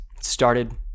started